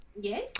Yes